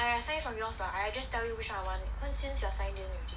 I I send from yours ah I just tell you which one I want cause since you're signed in already